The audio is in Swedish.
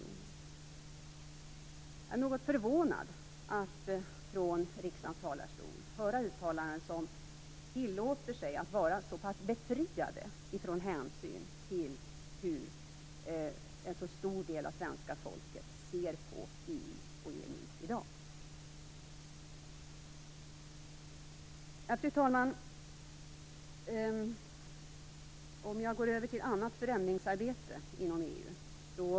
Jag är något förvånad att från riksdagens talarstol höra uttalanden som tillåter sig att vara så pass befriade från hänsyn till hur en så stor del av svenska folket ser på EU och EMU i dag. Fru talman! Jag går nu över till att tala om annat förändringsarbete inom EU.